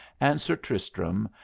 and sir tristram,